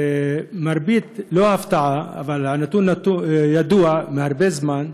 למרבה, לא ההפתעה, אבל הנתון הזה ידוע הרבה זמן,